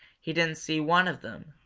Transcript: he didn't see one of them,